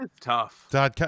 tough